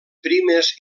primes